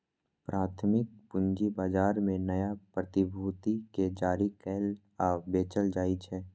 प्राथमिक पूंजी बाजार मे नया प्रतिभूति कें जारी कैल आ बेचल जाइ छै